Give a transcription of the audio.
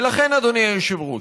ולכן, אדוני היושב-ראש,